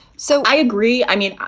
so i agree i mean,